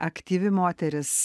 aktyvi moteris